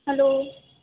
hello